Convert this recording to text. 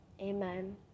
amen